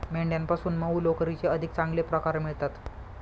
मेंढ्यांपासून मऊ लोकरीचे अधिक चांगले प्रकार मिळतात